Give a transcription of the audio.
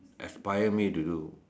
aspire me to do